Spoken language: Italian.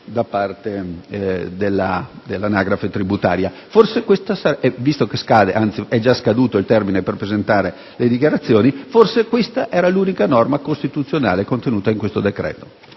da parte dell'anagrafe tributaria. Forse, visto che è già scaduto il termine per presentare le dichiarazioni, questa era l'unica norma costituzionale contenuta nel decreto.